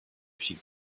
sheep